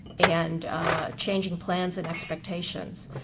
and changing plans and expectations.